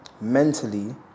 mentally